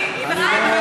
אתה צודק לחלוטין, לגמרי.